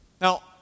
Now